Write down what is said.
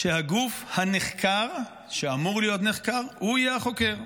שהגוף הנחקר, שאמור להיות נחקר, הוא יהיה החוקר.